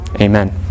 Amen